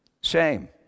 Shame